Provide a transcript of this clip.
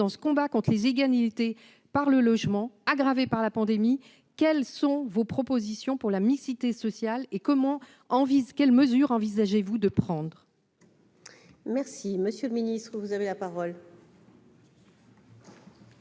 dans ce combat contre les inégalités par le logement, aggravées par la pandémie, quelles sont vos propositions pour la mixité sociale et quelles mesures envisagez-vous de prendre ? La parole est à M. le ministre. Je profite